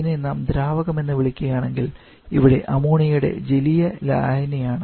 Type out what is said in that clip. ഇതിനെ നാം ദ്രാവകമെന്ന് വിളിക്കുകയാണെങ്കിൽ ഇവിടെ അമോണിയയുടെ ജലീയ ലായനിയാണ്